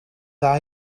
dda